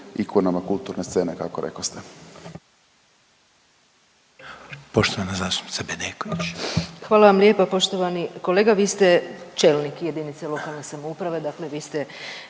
ikonama kulturne scene kako rekoste.